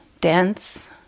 dense